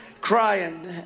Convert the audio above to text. crying